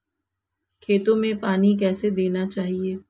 खेतों में पानी कैसे देना चाहिए?